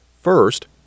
First